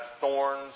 thorns